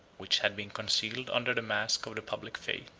which had been concealed under the mask of the public faith.